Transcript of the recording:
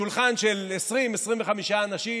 שולחן של 20 25 אנשים,